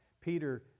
Peter